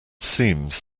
seems